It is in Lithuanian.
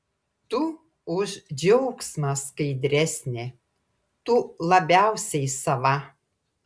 tu už džiaugsmą skaidresnė tu labiausiai sava